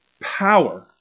power